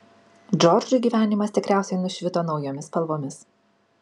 džordžui gyvenimas tikriausiai nušvito naujomis spalvomis